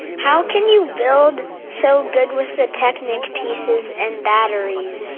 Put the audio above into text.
how can you build so good with that technique pieces and batteries?